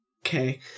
Okay